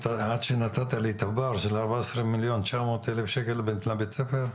עד שנתת לי תב"ר של ארבע עשרה מיליון תשעה מאות אלף שקל לבית ספר,